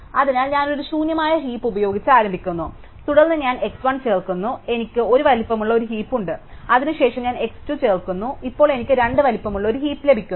അതിനാൽ ഞാൻ ഒരു ശൂന്യമായ ഹീപ് ഉപയോഗിച്ച് ആരംഭിക്കുന്നു തുടർന്ന് ഞാൻ x 1 ചേർക്കുന്നു അതിനാൽ എനിക്ക് 1 വലുപ്പമുള്ള ഒരു ഹീപ് ഉണ്ട് അതിനുശേഷം ഞാൻ x 2 ചേർക്കുന്നു അതിനാൽ ഇപ്പോൾ എനിക്ക് 2 വലുപ്പമുള്ള ഒരു ഹീപ് ലഭിക്കുന്നു